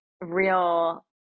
real